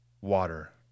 water